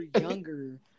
Younger